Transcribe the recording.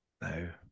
No